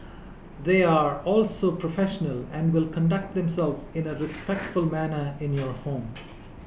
they are also professional and will conduct themselves in a respectful manner in your home